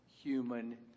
human